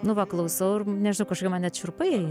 nu va klausau ir nežinau kažkokie man net šiurpai